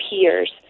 peers